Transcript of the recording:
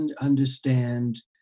understand